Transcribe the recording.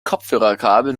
kopfhörerkabel